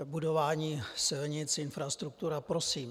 Budování silnic, infrastruktura, prosím.